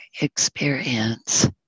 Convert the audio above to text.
experience